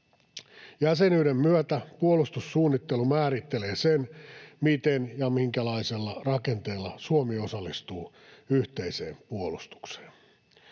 Jäsenyyden myötä puolustussuunnittelu määrittelee sen, miten ja minkälaisella rakenteella Suomi osallistuu yhteiseen puolustukseen.